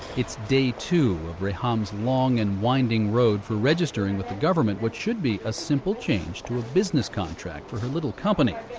it's day two of reham's long and winding road for registering with the government what should be a simple change to a business contract for her little company.